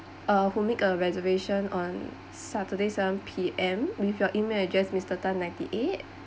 uh who make a reservation on saturday seven P_M with your email address mister tan ninety eight